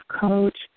coach